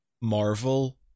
marvel